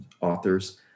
authors